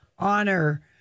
honor